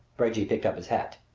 reggie picked up his hat.